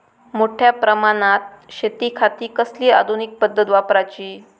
मोठ्या प्रमानात शेतिखाती कसली आधूनिक पद्धत वापराची?